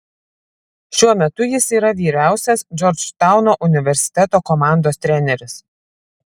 šiuo metu jis yra vyriausias džordžtauno universiteto komandos treneris